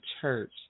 church